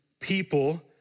people